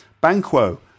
Banquo